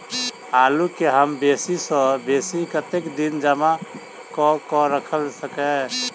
आलु केँ हम बेसी सऽ बेसी कतेक दिन जमा कऽ क राइख सकय